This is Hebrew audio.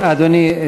לא, אדוני.